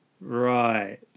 Right